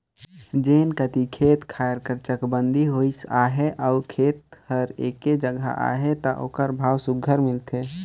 जेन कती खेत खाएर कर चकबंदी होइस अहे अउ खेत हर एके जगहा अहे ता ओकर भाव सुग्घर मिलथे